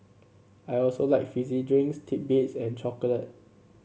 I also like fizzy drinks titbits and chocolate